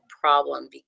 problem